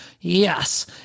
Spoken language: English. Yes